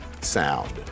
sound